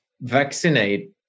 vaccinate